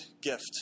gift